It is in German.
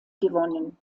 gewonnen